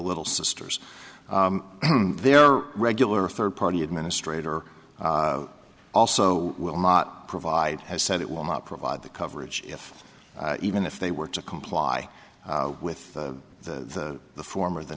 little sisters their regular third party administrator also will not provide has said it will not provide the coverage if even if they were to comply with the the form of the